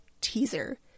teaser